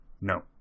no